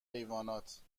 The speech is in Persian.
حیوانات